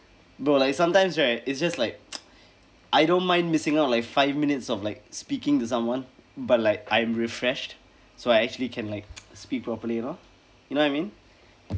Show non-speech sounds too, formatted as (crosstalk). bro like sometimes right it's just like (noise) I don't mind missing out like five minutes of like speaking to someone but like I'm refreshed so I actually can like (noise) speak properly you know you know I mean